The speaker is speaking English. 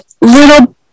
little